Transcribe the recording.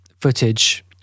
footage